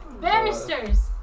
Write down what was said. Barristers